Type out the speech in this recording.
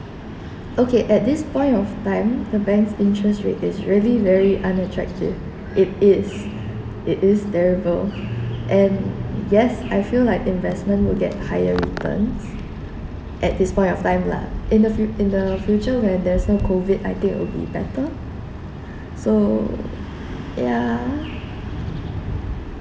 okay at this point of time the bank interest rate is really very unattractive it is it is terrible and yes I feel like investment will get higher returns at this point of time lah in the fu~ in the future when there is no COVID I think it will be better so ya